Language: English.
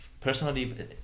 personally